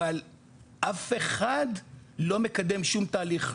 אבל אף אחד לא מקדם שום תהליך,